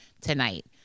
tonight